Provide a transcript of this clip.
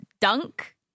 Dunk